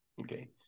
Okay